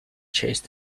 chased